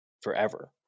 forever